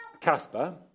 Casper